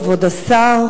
כבוד השר,